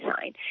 sign